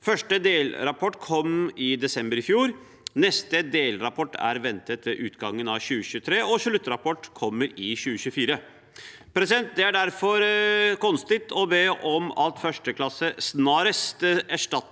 Første delrapport kom i desember i fjor, neste delrapport er ventet ved utgangen av 2023, og sluttrapport kommer i 2024. Det er derfor «konstigt» å be om at 1. klasse «snarest» erstattes